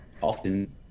Often